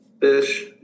fish